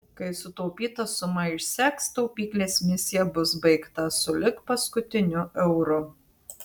kai sutaupyta suma išseks taupyklės misija bus baigta sulig paskutiniu euru